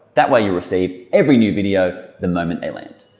that way you'll receive every new video the moment they land.